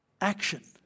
action